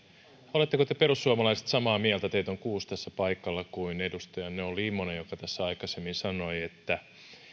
oletteko te perussuomalaiset samaa mieltä teitä on kuusi tässä paikalla kuin edustajanne olli immonen joka tässä aikaisemmin sanoi että